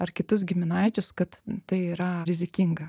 ar kitus giminaičius kad tai yra rizikinga